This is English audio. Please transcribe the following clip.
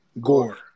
gore